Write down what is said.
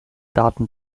daten